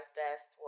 best